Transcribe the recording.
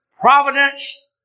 providence